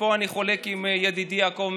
ופה אני חולק על ידידי יעקב מרגי,